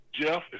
Jeff